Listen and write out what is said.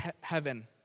heaven